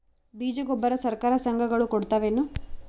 ಬೀಜ ಗೊಬ್ಬರ ಸರಕಾರ, ಸಂಘ ಗಳು ಕೊಡುತಾವೇನು?